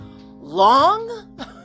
long